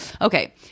okay